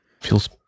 feels